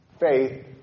Faith